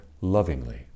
lovingly